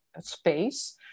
space